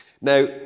Now